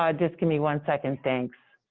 ah just give me one second. thanks.